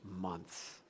months